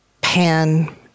Pan